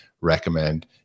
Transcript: recommend